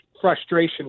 frustration